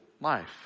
life